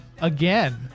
Again